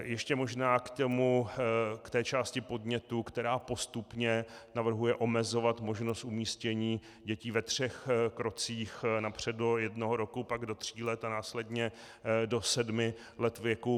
Ještě možná k té části podnětu, která postupně navrhuje omezovat možnost umístění ve třech krocích, napřed do jednoho roku, pak do tří let a následně do sedmi let věku.